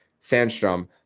Sandstrom